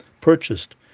purchased